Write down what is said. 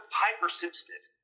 hypersensitive